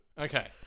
Okay